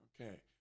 Okay